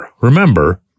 remember